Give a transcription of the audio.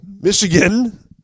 Michigan